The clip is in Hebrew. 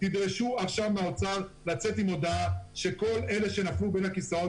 תדרשו עכשיו מהאוצר לצאת עם הודעה שכל אלה שנפלו בין הכיסאות,